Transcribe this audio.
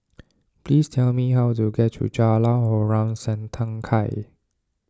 please tell me how to get to Jalan Harom Setangkai